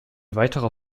weiterer